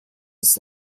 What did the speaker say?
ist